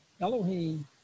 Elohim